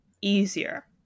easier